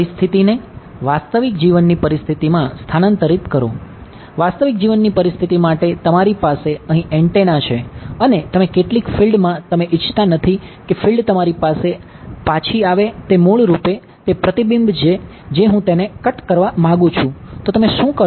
પરિસ્થિતિને વાસ્તવિક કરવા માંગું છું તો તમે શું કરશો